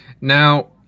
Now